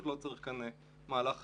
בשביל מה אתה